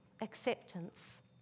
Acceptance